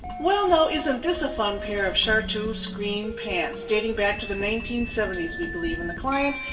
well now, isn't this a fun pair of chartreuse green pants dating back to the nineteen seventy s, we believe, and the client,